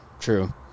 true